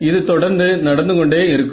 இது தொடர்ந்து நடந்து கொண்டே இருக்கும்